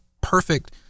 perfect